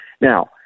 Now